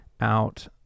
out